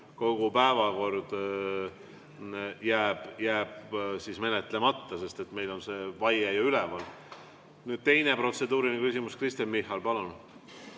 kogu päevakord jääb menetlemata, sest meil on see vaie üleval. Teine protseduuriline küsimus, Kristen Michal, palun!